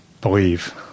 believe